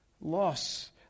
Loss